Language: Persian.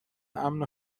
امن